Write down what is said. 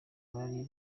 bari